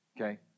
okay